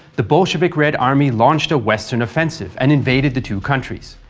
the bolshevik red army launched a western offensive and invaded the two countries.